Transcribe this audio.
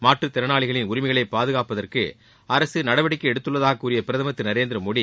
மாற்றுத் திறனாளிகளின் உரிமைகளை பாதுகாப்பதற்கு அரசு நடவடிக்கை எடுத்துள்ளதாகக் கூறிய பிரதமர் திரு நரேந்திர மோடி